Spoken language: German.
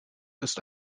ist